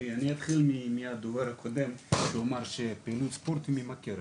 אני אתחיל מהדובר הקודם ואומר שפעילות ספורט היא ממכרת